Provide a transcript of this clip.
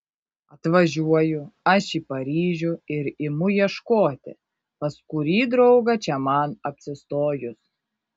atvažiuoju aš į paryžių ir imu ieškoti pas kurį draugą čia man apsistojus